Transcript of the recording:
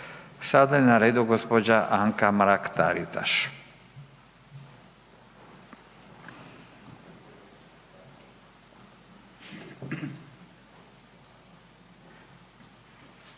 Sada je na redu gđa. Anka Mrak Taritaš.